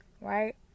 right